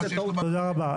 תודה רבה.